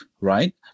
right